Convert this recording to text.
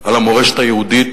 על המורשת היהודית,